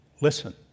Listen